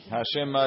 Hashem